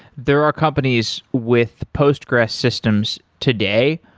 there are companies with postgres systems today.